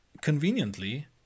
conveniently